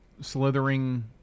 Slithering